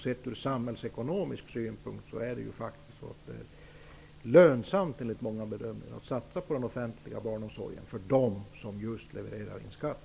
Sett ur samhällsekonomisk synpunkt är det enligt många bedömningar lönsamt att satsa på offentlig barnomsorg för dem som levererar in skatt.